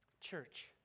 Church